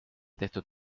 tehtud